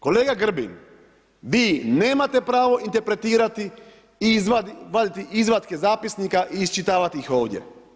Kolega Grbin, vi nemate pravo interpretirati i vaditi izvatke zapisnika i iščitavati ih ovdje.